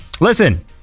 listen